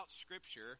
Scripture